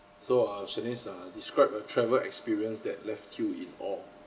so I'll finish uh describe a travel experience that left you in awe